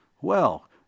Well